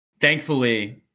thankfully